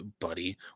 Buddy